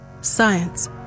Science